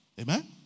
Amen